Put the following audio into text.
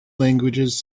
languages